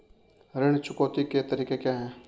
ऋण चुकौती के तरीके क्या हैं?